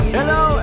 Hello